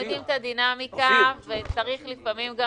אנחנו יודעים את הדינמיקה וצריך לפעמים גם